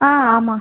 ஆ ஆமாம்